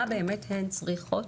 מה באמת הן צריכות?